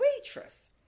waitress